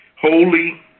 holy